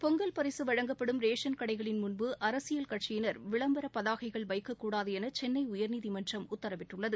பொங்கல் பரிசு வழங்கப்படும் ரேஷன் கடைகளின் முன்பு அரசியல் கட்சியினர் விளம்பர பதாகைகள் வைக்கக்கூடாது என சென்னை உயர்நீதிமன்றம் உத்தரவிட்டுள்ளது